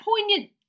poignant